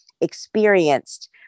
experienced